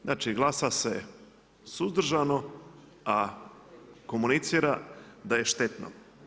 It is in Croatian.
Znači glasa se suzdržano, a komunicira da je štetno.